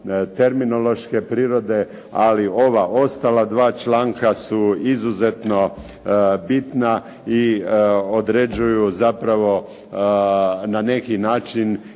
terminološke prirode, ali ova ostala dva članka su izuzetno bitna i određuju zapravo na neki način